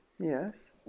Yes